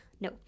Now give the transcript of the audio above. no